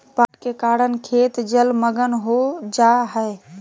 बाढ़ के कारण खेत जलमग्न हो जा हइ